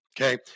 Okay